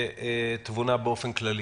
ותבונה באופן כללי.